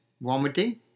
vomiting